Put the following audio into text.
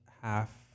half